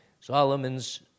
Solomon's